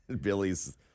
Billy's